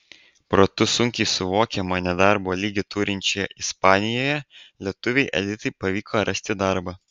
protu sunkiai suvokiamo nedarbo lygį turinčioje ispanijoje lietuvei editai pavyko rasti darbą